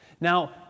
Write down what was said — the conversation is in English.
Now